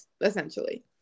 essentially